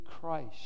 Christ